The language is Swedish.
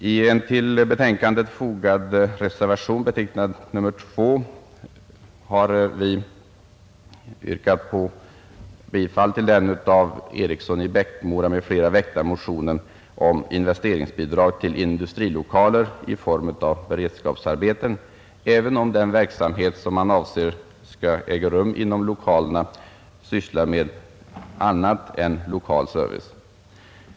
I en till detta betänkande fogad reservation betecknad nr 2 har vi yrkat bifall till en av herr Eriksson i Bäckmora m.fl. väckt motion om investeringsbidrag till industrilokaler i form av beredskapsarbeten, även om den verksamhet man avser att bedriva i lokalerna sysslar med annat än lokal service.